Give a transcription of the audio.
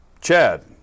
chad